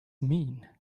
mean